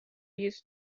used